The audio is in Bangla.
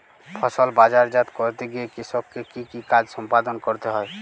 ফসল বাজারজাত করতে গিয়ে কৃষককে কি কি কাজ সম্পাদন করতে হয়?